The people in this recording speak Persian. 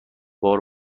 بار